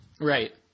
Right